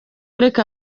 reka